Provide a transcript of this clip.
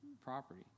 property